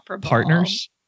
partners